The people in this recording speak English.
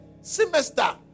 semester